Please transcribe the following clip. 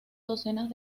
docenas